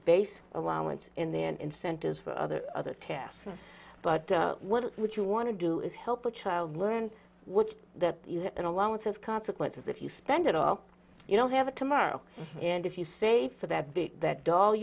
base allowance and then incentives for other other tasks but what would you want to do is help a child learn what that an allowance has consequences if you spend it all you don't have it tomorrow and if you save for that big that do